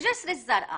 בג'סר א זרקא